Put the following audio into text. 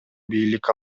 бийлик